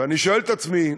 ואני שואל את עצמי,